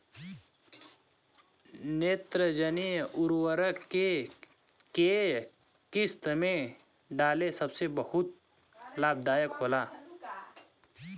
नेत्रजनीय उर्वरक के केय किस्त में डाले से बहुत लाभदायक होला?